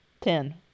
Ten